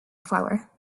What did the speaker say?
flower